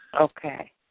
Okay